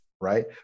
right